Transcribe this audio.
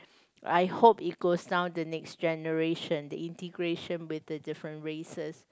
I hope it could sound the next generation the integration with the different races